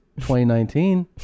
2019